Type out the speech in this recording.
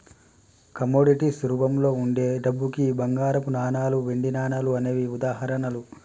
commodities రూపంలో వుండే డబ్బుకి బంగారపు నాణాలు, వెండి నాణాలు అనేవే ఉదాహరణలు